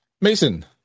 Mason